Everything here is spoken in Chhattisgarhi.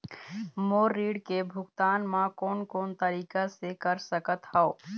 मोर ऋण के भुगतान म कोन कोन तरीका से कर सकत हव?